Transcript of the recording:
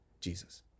Jesus